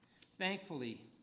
Thankfully